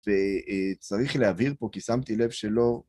וצריך להבהיר פה, כי שמתי לב שלא...